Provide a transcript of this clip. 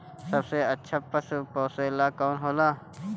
सबसे अच्छा पशु पोसेला कौन होला?